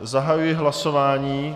Zahajuji hlasování.